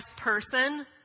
person